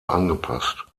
angepasst